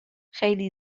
خیلی